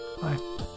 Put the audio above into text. bye